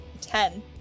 ten